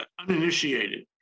uninitiated